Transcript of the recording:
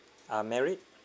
ah married